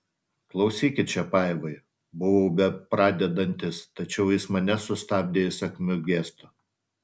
klausykit čiapajevai buvau bepradedantis tačiau jis mane sustabdė įsakmiu gestu